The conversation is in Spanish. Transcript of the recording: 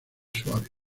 suabia